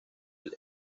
del